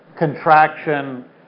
Contraction